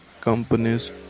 companies